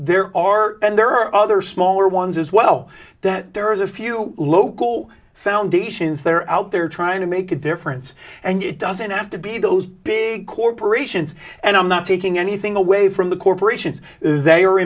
there are and there are other smaller ones as well that there are a few local foundations they're out there trying to make a difference and it doesn't have to be those big corporations and i'm not taking anything away from the corporations they are